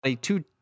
two